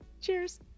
Cheers